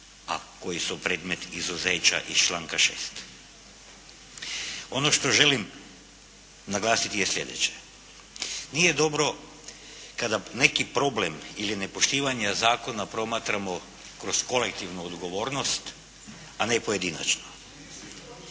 a koji su predmet izuzeća iz članka 6. Ono što želim naglasiti je slijedeće. Nije dobro kada neki problem ili nepoštivanje zakona promatramo kroz kolektivnu odgovornost a ne pojedinačno.